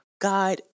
God